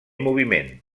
moviment